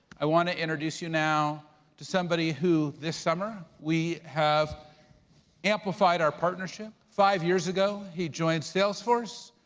i wanna introduce you now to somebody who this summer we have amplified our partnership. five years ago, he joined salesforce.